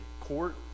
court